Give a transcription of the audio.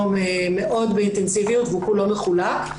מאוד באינטנסיביות והוא כולו מחולק.